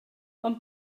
ond